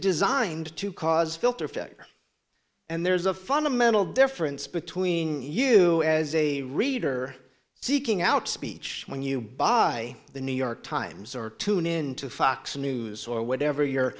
designed to cause filter factor and there's a fundamental difference between you as a reader seeking out speech when you buy the new york times or tune into fox news or whatever your